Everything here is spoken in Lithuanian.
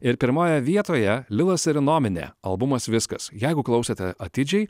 ir pirmoje vietoje lilas ir innomine albumas viskas jeigu klausėte atidžiai